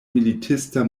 militista